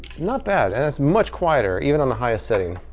not bad and it's much quieter even on the highest setting.